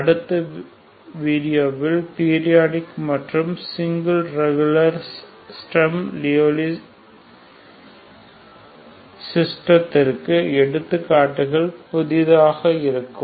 அடுத்த வீடியோவில் பீரியாடிக் மற்றும் சிங்கிள் ரெகுலர் ஸ்டெர்ம் லியோவ்லி சிஸ்டத்திற்கு எடுத்துக்காட்டுகள் பற்றியதாக இருக்கும்